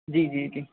जी जी जी